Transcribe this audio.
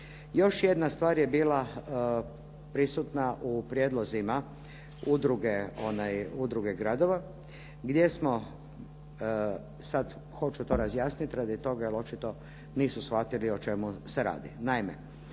Još jedna stvar je bila prisutna u prijedlozima Udruge gradova gdje smo, sad hoću to razjasniti radi toga jer očito nisu shvatili o čemu se radi.